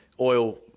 oil